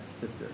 sister